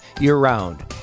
year-round